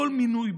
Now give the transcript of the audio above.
כל מינוי,